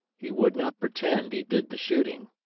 he would not pretend he did the shooting.